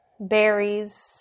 berries